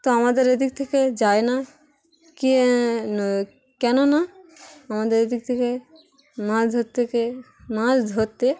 তো আমাদের এদিক থেকে যায় না ক কেন না আমাদের এদিক থেকে মাছ ধরতে মাছ ধরতে